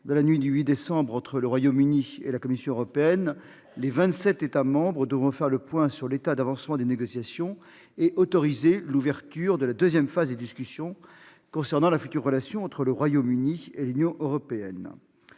dans la nuit du 8 décembre dernier entre le Royaume-Uni et la Commission européenne, les vingt-sept États membres devront faire le point sur l'état d'avancement des négociations et autoriser l'ouverture de la deuxième phase de discussions concernant la future relation entre le Royaume-Uni et l'Union européenne.